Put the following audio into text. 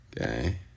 Okay